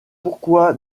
pourquoi